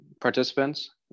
participants